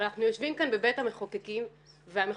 אבל אנחנו יושבים כאן בבית המחוקקים והמחוקקים